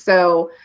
so,